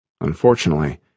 Unfortunately